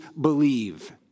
believe